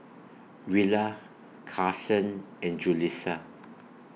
Rilla Carsen and Julissa